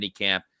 minicamp